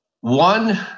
one